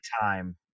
time